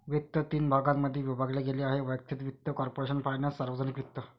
वित्त तीन भागांमध्ये विभागले गेले आहेः वैयक्तिक वित्त, कॉर्पोरेशन फायनान्स, सार्वजनिक वित्त